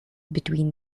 between